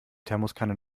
thermoskanne